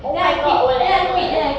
oh my god O-level